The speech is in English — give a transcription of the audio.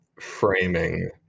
framing